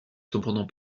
cependant